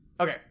Okay